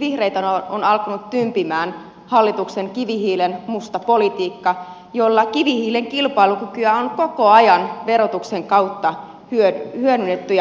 vihreitä on alkanut tympimään hallituksen kivihiilenmusta politiikka jolla kivihiilen kilpailukykyä on koko ajan verotuksen kautta hyödytetty ja parannettu